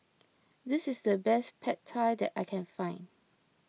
this is the best Pad Thai that I can find